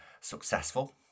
successful